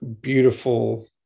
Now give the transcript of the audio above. beautiful